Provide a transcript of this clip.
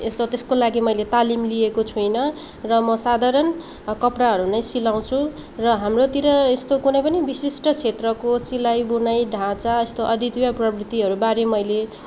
यस्तो त्यसको लागि मैले तालिम लिएको छुइनँ र म साधारण कपडाहरू नै सिलाउँछु र हाम्रोतिर यस्तो कुनै पनि विशिष्ट क्षेत्रको सिलाई बुनाई ढाँचा यस्तो अद्वितीय प्रवृतिहरूबारे मैले